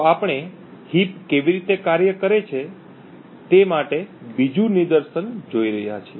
તો આપણે heap કેવી રીતે કાર્ય કરે છે તે માટે બીજું નિદર્શન જોઈ રહ્યા છીએ